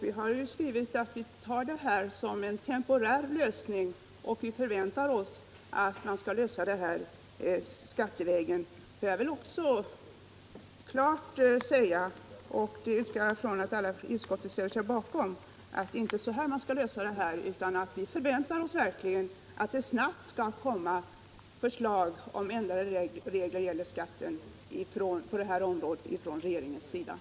Vi skriver att vi tar det här som en temporär lösning, och vi förväntar oss att man skall lösa problemet skattevägen. Jag vill också klart säga — och jag utgår från att alla i utskottet ställer sig bakom detta — att det inte är så här man skall lösa problemet utan att vi verkligen förväntar oss att det snabbt skall komma förslag från regeringen om ändrade skatteregler på detta område.